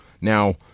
Now